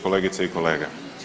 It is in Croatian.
Kolegice i kolege.